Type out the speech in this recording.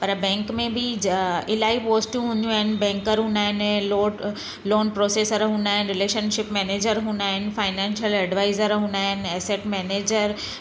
पर बैंक में बि जा इलाही पोस्टियूं हूंदियूं आहिनि बैंकर हूंदा आहिनि लोड लोन प्रोसैसर्स हूंदा आहिनि रिलेशनशिप मैनेजर हूंदा आहिनि फाइनैंशल एडवाइज़र हूंदा आहिनि एसेट मैनेजर